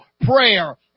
prayer